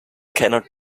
cannot